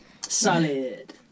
Solid